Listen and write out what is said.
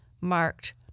marked